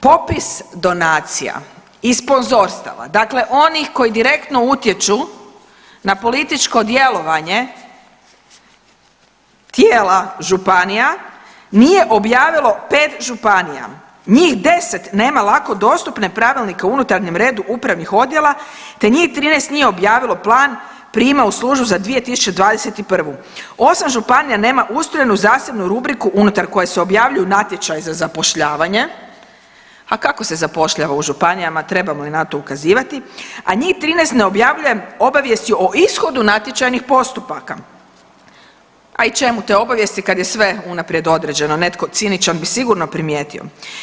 Popis donacija i sponzorstava, dakle onih koji direktno utječu na političko djelovanje tijela županija nije objavilo 5 županija, njih 10 nema lako dostupne Pravilnike o unutarnjem redu upravnih odjela, te njih 13 nije objavilo plan prijema u službu za 2021., 8 županija nema ustrojenu zasebnu rubriku unutar koje se objavljuju natječaji za zapošljavanje, a kako se zapošljava u županijama trebamo li na to ukazivati, a njih 13 ne objavljuje obavijesti o ishodu natječajnih postupaka, a i čemu te obavijesti kad je sve unaprijed određeno, netko ciničan bi sigurno primijetio.